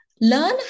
Learn